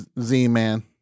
Z-Man